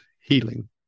healing